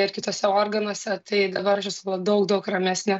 ir kituose organuose tai dabar aš esu daug daug ramesnė